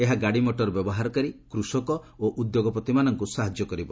ଏହା ଗାଡ଼ିମଟର ବ୍ୟବହାରକାରୀ କୃଷକ ଓ ଉଦ୍ୟୋଗପତିମାନଙ୍କୁ ସାହାଯ୍ୟ କରିବ